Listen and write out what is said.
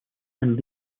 and